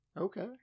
Okay